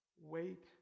Wait